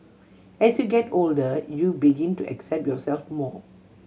as you get older you begin to accept yourself more